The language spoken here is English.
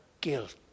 guilt